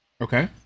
Okay